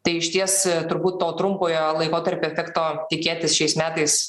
tai išties turbūt to trumpojo laikotarpio efeto tikėtis šiais metais